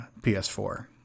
ps4